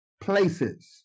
places